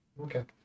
Okay